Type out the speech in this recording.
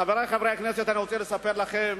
חברי חברי הכנסת, אני רוצה לספר לכם: